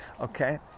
Okay